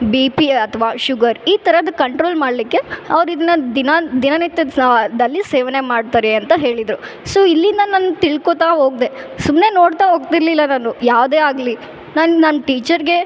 B P ಅಥ್ವ sugar ಈ ಥರದ ಕಂಟ್ರೊಲ್ ಮಾಡಲಿಕ್ಕೆ ಅವ್ರು ಇದನ್ನ ದಿನ ದಿನನಿತ್ಯದ ಸ್ಲಾದಲ್ಲಿ ಸೇವನೆ ಮಾಡ್ತಾರೆ ಅಂತ ಹೇಳಿದರು ಸೊ ಇಲ್ಲಿ ನಾ ನನ್ನ ತಿಳ್ಕೋತಾ ಹೋಗ್ದೆ ಸುಮ್ಮನೆ ನೋಡ್ತಾ ಹೋಗ್ತಿರ್ಲಿಲ್ಲ ನಾನು ಯಾವುದೇ ಆಗಲಿ ನಾನು ನನ್ನ ಟೀಚರ್ಗೆ